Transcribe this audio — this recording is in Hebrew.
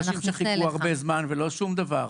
שחיכו הרבה זמן ולא שום דבר.